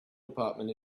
department